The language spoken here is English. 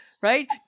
Right